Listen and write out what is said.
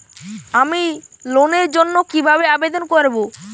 আমি লোনের জন্য কিভাবে আবেদন করব?